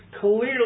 Clearly